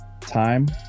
time